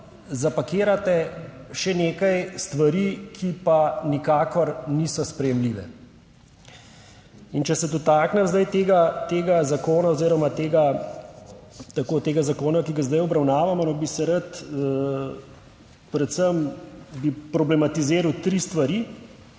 zapakirate še nekaj stvari, ki pa nikakor niso sprejemljive. In če se dotaknem tega zakona oziroma tega zakona, ki ga zdaj obravnavamo bi se rad predvsem bi problematiziral tri stvari.